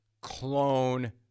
clone